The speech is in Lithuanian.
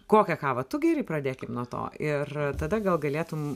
kokią kavą tu geri pradėkim nuo to ir tada gal galėtum